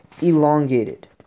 elongated